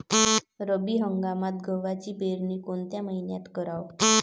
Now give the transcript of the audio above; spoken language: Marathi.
रब्बी हंगामात गव्हाची पेरनी कोनत्या मईन्यात कराव?